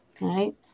right